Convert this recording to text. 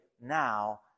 now